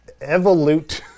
evolute